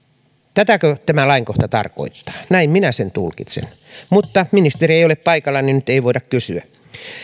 tätäkö tämä lainkohta tarkoittaa näin minä sen tulkitsen mutta ministeri ei ole paikalla nyt ei voida kysyä